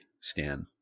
Stan